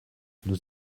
nous